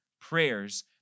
prayers